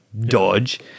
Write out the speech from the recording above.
dodge